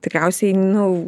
tikriausiai nu